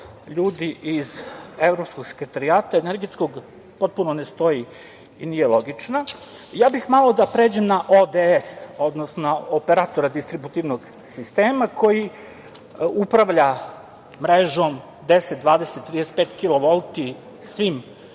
iz Evropskog sekretarijata energetskog potpuno ne stoji i nije logična. Ja bih malo da pređem na ODS, odnosno Operatora distributivnog sistema koji upravlja mrežom 10, 20, 35 kilovolti